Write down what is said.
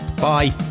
Bye